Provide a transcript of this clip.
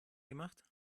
gemacht